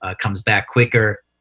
ah comes back quicker.